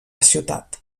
ciutat